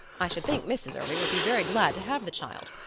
i should think mrs. irving would be very glad to have the child.